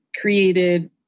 created